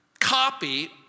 copy